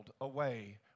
away